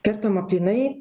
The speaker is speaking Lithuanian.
kertama plynai